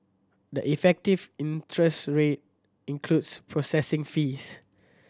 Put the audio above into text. the effective interest rate includes processing fees